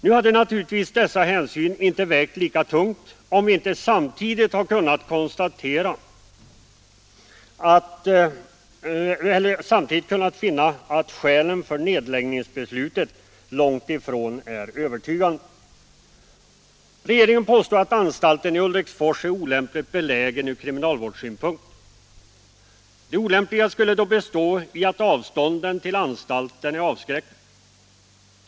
Nu hade naturligtvis dessa hänsyn inte vägt lika tungt om vi inte samtidigt hade kunnat finna att skälen för nedläggningsbeslutet är långt ifrån övertygande. Regeringen påstår att anstalten i Ulriksfors är olämpligt belägen från kriminalvårdssynpunkt. Det olämpliga skulle då bestå i att avstånden till anstalten är avskräckande.